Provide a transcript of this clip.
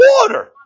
water